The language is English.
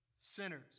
sinners